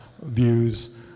views